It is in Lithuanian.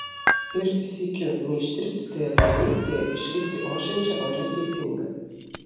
ir sykiu neištirpti toje tarnystėje išlikti ošiančia oria teisinga